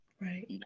right